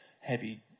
heavy